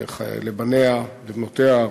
לבניה ולבנותיה,